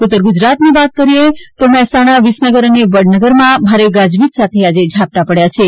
ઊતર ગુજરાતની વાત કરીએ તો મહેસાણા વિસનગર અને વડનગરમાં ભારે ગાજવીજ સાથે ઝાપટાં પડ્યા છે